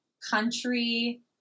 country